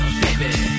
baby